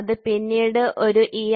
അത് പിന്നീട് ഒരു E